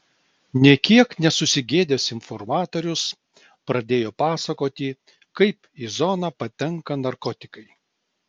nė kiek nesusigėdęs informatorius pradėjo pasakoti kaip į zoną patenka narkotikai